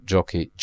Jockey